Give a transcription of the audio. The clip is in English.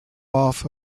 off